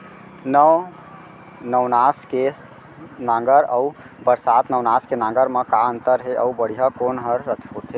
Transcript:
नौ नवनास के नांगर अऊ बरसात नवनास के नांगर मा का अन्तर हे अऊ बढ़िया कोन हर होथे?